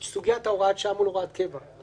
את סוגית הוראת שעה מול הוראת קבע.